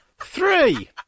Three